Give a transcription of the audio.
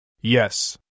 Yes